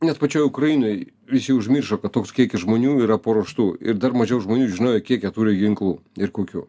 net pačioj ukrainoj visi užmiršo kad toks kiekis žmonių yra paruoštų ir dar mažiau žmonių žinojo kiek jie turi ginklų ir kokių